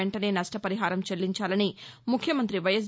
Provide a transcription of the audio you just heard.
వెంటనే నష్ట పరిహారం చెల్లించాలని ముఖ్యమంతి వైఎస్